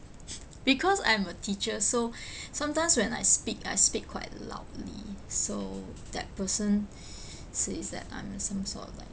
because I'm a teacher so sometimes when I speak I speak quite loudly so that person says that I'm some sort of like